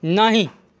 नहि